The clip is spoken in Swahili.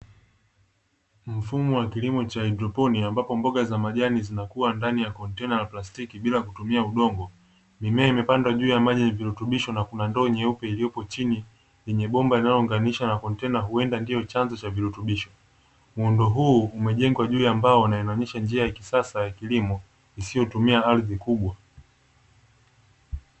Mfumo wa kilimo cha haidroponi ambapo mboga za majani zinakuwa ndani ya kontena la plastiki bila kutumia udongo, mimea imepandwa juu ya maji yenye virutubisho na kuna ndoo ya plastiki nyeupe chini yenye bomba linalounganisha na kontena huenda ndio chanzo cha virutubisho, muundo huu umejengwa juu ya mbao inayoonyesha njia ya kisasa ya kilimo isiyotumia ardhi kubwa.